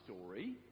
story